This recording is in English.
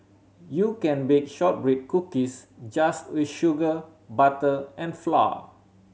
you can bake shortbread cookies just with sugar butter and flour